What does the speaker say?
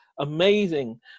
Amazing